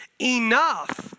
enough